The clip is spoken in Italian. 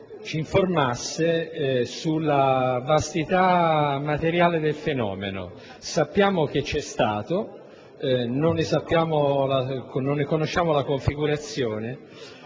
ci informasse sull'entità materiale del fenomeno: sappiamo che c'è stato, ma non ne conosciamo la configurazione.